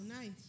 nice